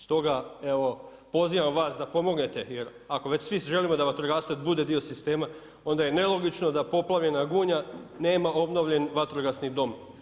Stoga evo pozivam vas da pomognete, jer ako već svi želimo da vatrogasac bude dio sistema, onda je nelogično da poplavljena Gunja nema obnovljen vatrogasni dom.